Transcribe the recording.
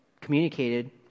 communicated